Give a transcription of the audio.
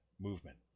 movement